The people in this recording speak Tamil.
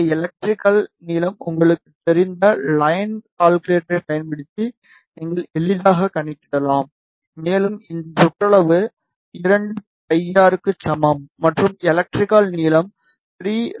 இந்த எலக்ட்ரிகல் நீளம் உங்களுக்குத் தெரிந்த லைன் கால்குலேட்டரைப் பயன்படுத்தி நீங்கள் எளிதாகக் கணக்கிடலாம் மேலும் இந்த சுற்றளவு 2 பை ஆர் க்கு சமம் மற்றும் எலக்ட்ரிகல் நீளம் 3λ2